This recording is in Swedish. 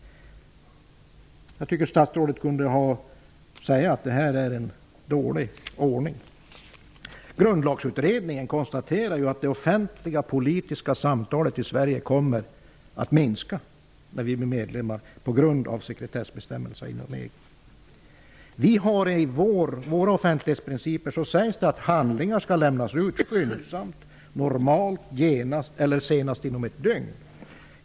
Jag tycker att statsrådet kan säga att detta är en dålig ordning. I Grundlagsutredningen konstaterar man att det offentliga politiska samtalet i Sverige kommer att minska på grund av sekretessbestämmelserna när Sverige blir medlem. I den svenska offentlighetsprincipen sägs det att handlingar skall lämnas ut skyndsamt, normalt genast eller senast inom ett dygn.